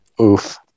oof